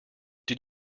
did